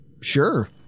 Sure